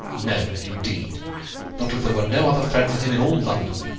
no, indeed not if there were no other friend for him in all london.